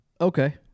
Okay